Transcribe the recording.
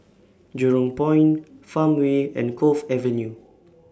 Jurong Point Farmway and Cove Avenue